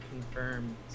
confirmed